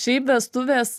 šiaip vestuvės